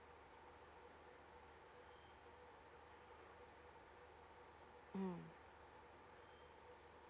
mm